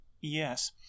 Yes